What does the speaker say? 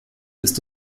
ist